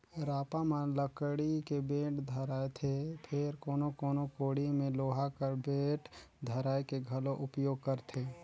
रापा म लकड़ी के बेठ धराएथे फेर कोनो कोनो कोड़ी मे लोहा कर बेठ धराए के घलो उपियोग करथे